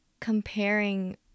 comparing